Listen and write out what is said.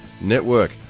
Network